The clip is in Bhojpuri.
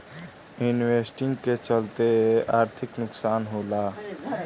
इन्वेस्टिंग के चलते आर्थिक नुकसान होला